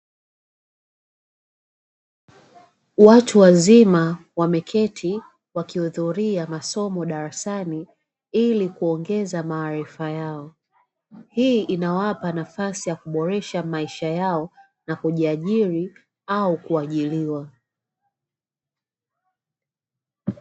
Watu wazima wameketi wakihudhuria masomo darasani ili kuongeza maarifa yao, hii inawapa nafasi ya kuboresha maisha yao na kujiajiri au kuajiriwa.